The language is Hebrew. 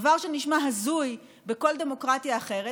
דבר שנשמע הזוי בכל דמוקרטיה אחרת,